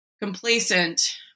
complacent